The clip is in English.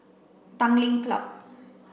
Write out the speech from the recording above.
Tanglin Club